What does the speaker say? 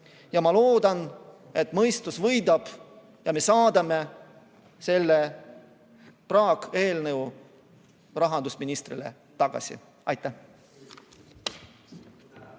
Ma loodan, et mõistus võidab ja me saadame selle praakeelnõu rahandusministrile tagasi. Aitäh!